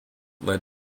led